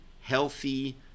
healthy